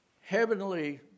heavenly